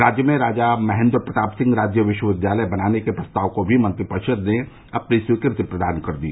राज्य में राजा महेन्द्र प्रताप सिंह राज्य विश्वविद्यालय बनाने के प्रस्ताव को भी मंत्रिपरिषद ने अपनी स्वीकृति प्रदान कर दी